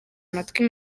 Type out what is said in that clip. amatwi